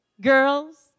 girls